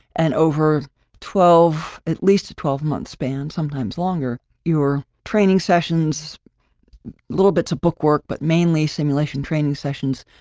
and over twelve at least a twelve month span, sometimes longer your training sessions little bits of book work but mainly simulation training sessions,